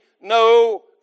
no